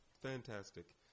fantastic